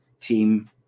team